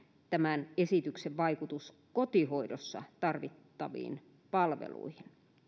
tämän esityksen vaikutus kotihoidossa tarvittaviin palveluihin